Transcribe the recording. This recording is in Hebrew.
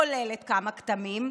כוללת כמה כתמים,